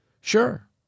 Sure